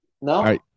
No